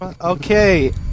Okay